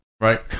Right